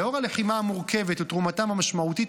לנוכח הלחימה המורכבת ותרומתם המשמעותית